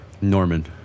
Norman